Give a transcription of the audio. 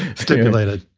stipulated